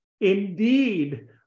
indeed